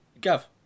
Gav